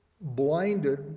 blinded